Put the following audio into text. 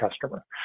customer